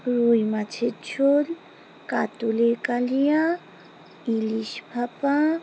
রুই মাছের ঝোল কাতলের কালিয়া ইলিশ ভাপা